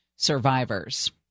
survivors